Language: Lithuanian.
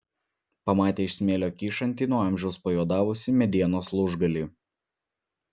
pamatė iš smėlio kyšantį nuo amžiaus pajuodavusį medienos lūžgalį